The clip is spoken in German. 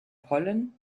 pollen